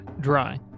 dry